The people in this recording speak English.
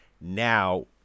now